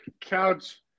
couch